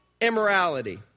immorality